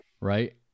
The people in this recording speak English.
Right